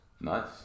Nice